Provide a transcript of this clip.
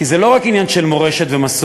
כי זה לא רק עניין של מורשת ומסורת,